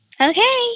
okay